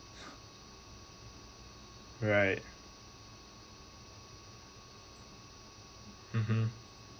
right mmhmm